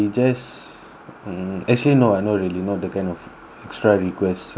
mm actually no I not really not the kind of extra request I have